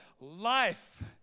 life